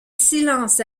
silence